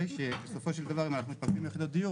שלא בסופו של דבר אנחנו מקבלים יחידות דיור